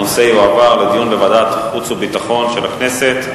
הנושא יועבר לדיון בוועדת החוץ והביטחון של הכנסת.